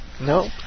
No